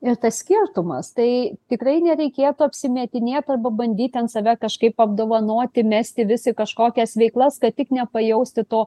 ir tas skirtumas tai tikrai nereikėtų apsimetinėt arba bandyt ten save kažkaip apdovanoti mesti vis į kažkokias veiklas kad tik nepajausti to